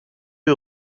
est